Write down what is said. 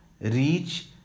reach